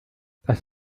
das